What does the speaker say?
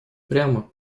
прямо